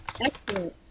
Excellent